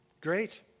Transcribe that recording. great